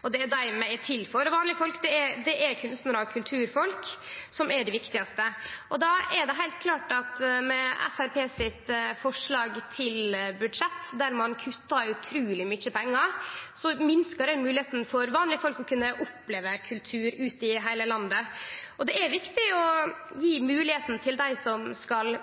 – det er dei vi er til for. Vanlege folk er kunstnarar og kulturfolk, som er dei viktigaste. Med Framstegspartiets forslag til budsjett, der ein kuttar utroleg mykje pengar, minkar moglegheita for vanlege folk til å kunne oppleve kultur i heile landet. Det er viktig å gje dei som skal